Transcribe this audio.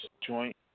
joint